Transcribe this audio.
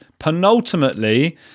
Penultimately